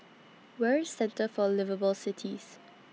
Where IS Centre For Liveable Cities